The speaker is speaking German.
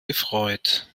gefreut